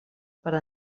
per